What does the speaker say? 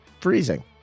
freezing